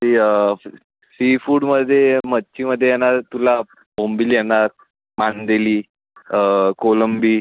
C sea फूडमध्ये मच्छीमध्ये येणार आहे तुला बोंबील येणार मांदेली कोलंबी